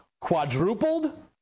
quadrupled